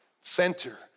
center